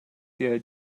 der